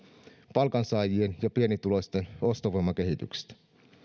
palkansaajien ja pienituloisten ostovoimakehityksestä